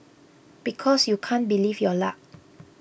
because you can't believe your luck